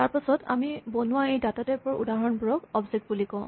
তাৰপাছত আমি বনোৱা এই ডাটা টাইপ ৰ উদাহৰণবোৰক অবজেক্ট বুলি কওঁ